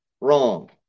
wrong